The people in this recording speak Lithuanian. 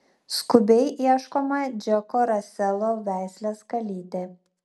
skubiai ieškoma džeko raselo veislės kalytė